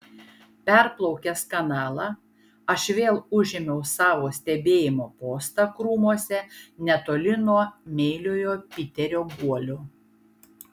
perplaukęs kanalą aš vėl užėmiau savo stebėjimo postą krūmuose netoli nuo meiliojo piterio guolio